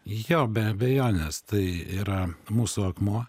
jo be abejonės tai yra mūsų akmuo